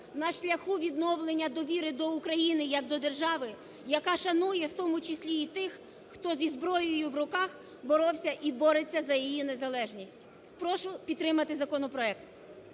на шляху відновлення довіри до України як до держави, яка шанує в тому числі і тих, хто зі зброєю в руках боровся і бореться за її незалежність. Прошу підтримати законопроект.